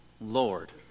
Lord